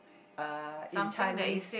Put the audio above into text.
uh in Chinese